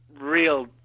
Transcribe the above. real